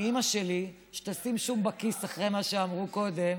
מאימא שלי שתשים שום בכיס אחרי מה שאמרו קודם,